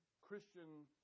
Christian